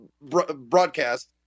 broadcast